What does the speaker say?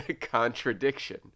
contradiction